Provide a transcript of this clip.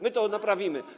My to naprawimy.